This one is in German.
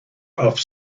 auf